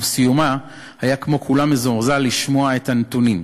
ובסיומה היה, כמו כולם, מזועזע לשמע הנתונים,